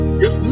yes